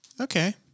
Okay